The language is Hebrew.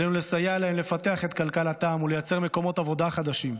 עלינו לסייע להם לפתח את כלכלתם ולייצר מקומות עבודה חדשים,